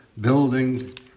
building